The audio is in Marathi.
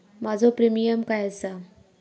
माझो प्रीमियम काय आसा?